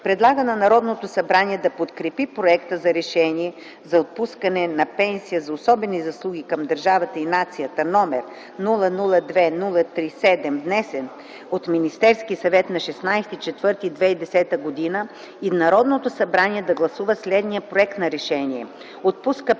Предлага на Народното събрание да подкрепи проекта за Решение за отпускане на пенсия за особени заслуги към държавата и нацията, № 002-03-7, внесен от Министерския съвет на 16 април 2010 г. и Народното събрание да гласува следния проект на Решение: „1. Отпуска пенсия